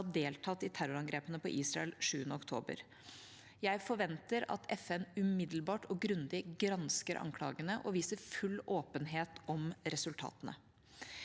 skal ha deltatt i terrorangrepene mot Israel 7. oktober. Jeg forventer at FN umiddelbart og grundig gransker anklagene og viser full åpenhet om resultatene.